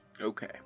Okay